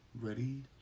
ready